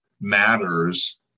matters